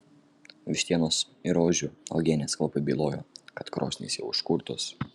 vištienos ir rožių uogienės kvapai bylojo kad krosnys jau užkurtos